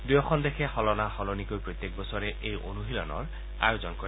দুয়োখন দেশে সলনা সলনিকৈ প্ৰত্যেক বছৰে এই অনুশীলনৰ আয়োজন কৰে